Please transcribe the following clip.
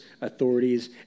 authorities